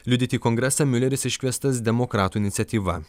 liudyti kongresą mileris iškviestas demokratų iniciatyva